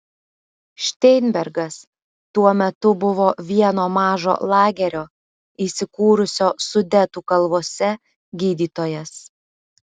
šteinbergas tuo metu buvo vieno mažo lagerio įsikūrusio sudetų kalvose gydytojas